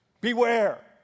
beware